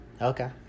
Okay